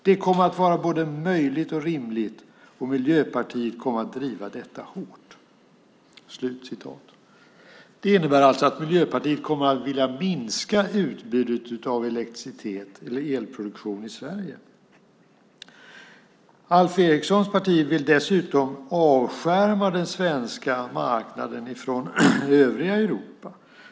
Det kommer att vara både möjligt och rimligt, och Miljöpartiet kommer att driva detta hårt ." Det innebär alltså att Miljöpartiet kommer att vilja minska utbudet av elektricitet eller elproduktion i Sverige. Alf Erikssons parti vill dessutom avskärma den svenska marknaden från övriga Europa.